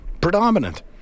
predominant